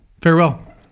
farewell